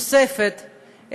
תוספת,